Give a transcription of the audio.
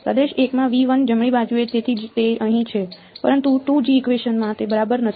પ્રદેશ 1 માં જમણી બાજુએ તેથી જ તે અહીં છે પરંતુ 2જી ઇકવેશન માં તે બરાબર નથી